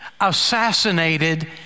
assassinated